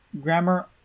grammar